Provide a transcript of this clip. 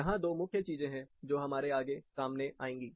यहां दो मुख्य चीजें हैं जो हमारे आगे सामने आएंगी